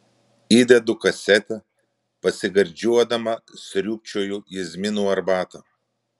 įdedu kasetę pasigardžiuodama sriubčioju jazminų arbatą